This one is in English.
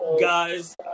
Guys